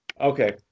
Okay